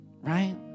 right